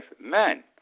men